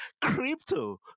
crypto